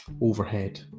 overhead